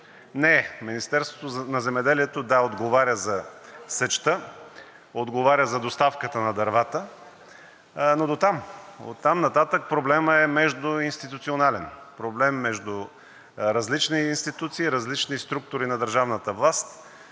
е! Министерството на земеделието – да, отговаря за сечта, отговаря за доставката на дървата, но дотам. Оттам нататък проблемът е междуинституционален – проблем между различни институции, различни структури на държавната власт.